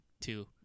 two